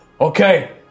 okay